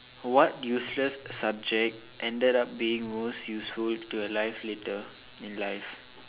what useless subject ended up being most useful to your life later in life